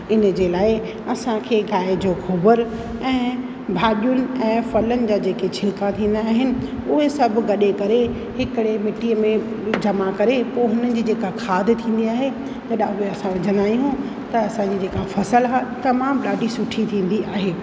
इन जे लाइ असां खे गांइ जो गोबर ऐं भाॼियूं ऐं फलनि जा जेके छिलिका थींदा आहिनि उहे सभु गॾे करे हिकिड़े मिटीअ में जमा करे पोइ हुननि जी जेका खाद थींदी आहे त ॾा में असां विझंदा आहियूं त असां जी जेका फ़सुलु आहे तमामु ॾाढी सुठी थींदी आहे